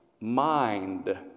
mind